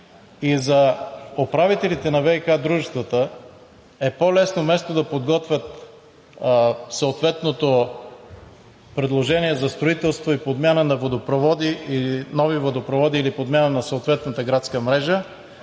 и за управителите на ВиК дружествата е по-лесно, вместо да подготвят съответното предложение за строителство и подмяна на водопроводи, нови водопроводи или подмяна на съответната градска мрежа,